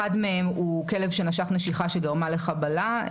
אחד מהם הוא כלב שנשך נשיכה שגרמה לחבלה,